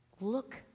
look